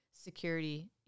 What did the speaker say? security